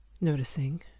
noticing